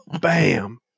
bam